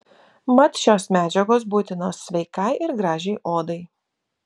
mat šios medžiagos būtinos sveikai ir gražiai odai